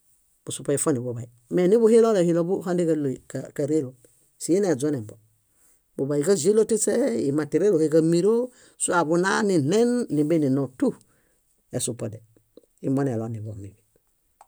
Busupo ifo niḃuḃay. Mee niḃuhilolehilo buhande ġáloy ká- káreelom. Si ieneźonembo, buḃayu ġáĵelo tiśe, imaterieluhe ġámiro, sua ḃunaa, niɭen nímbie nino tú, esupo dé. Íi moneloniḃo min.